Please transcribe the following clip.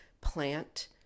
plant